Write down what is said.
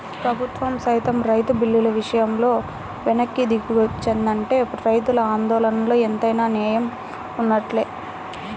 ప్రభుత్వం సైతం రైతు బిల్లుల విషయంలో వెనక్కి దిగొచ్చిందంటే రైతుల ఆందోళనలో ఎంతైనా నేయం వున్నట్లే